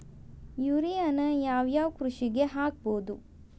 ಯೂರಿಯಾನ ಯಾವ್ ಯಾವ್ ಕೃಷಿಗ ಹಾಕ್ಬೋದ?